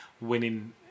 winning